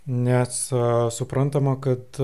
nes suprantama kad